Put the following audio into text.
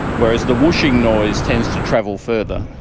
whereas the whooshing noise tends to travel further.